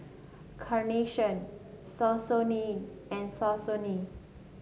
Carnation Saucony and Saucony